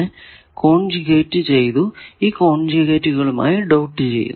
15 square എന്നതിനെ conjugate ചെയ്തു ഈ കോൺജൂഗെറ്റുകളുമായി ഡോട്ട് ചെയ്യുന്നു